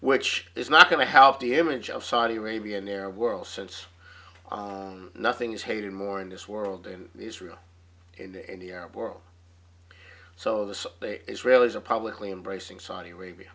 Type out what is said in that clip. which is not going to help the image of saudi arabia an arab world since nothing is hated more in this world in israel in the arab world so the israelis are publicly embracing saudi arabia